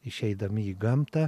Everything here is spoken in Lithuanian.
išeidami į gamtą